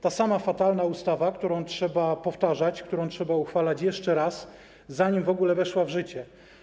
Ta sama fatalna ustawa, którą trzeba poprawiać, którą trzeba uchwalać jeszcze raz, zanim w ogóle weszła w życie.